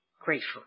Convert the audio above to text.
grateful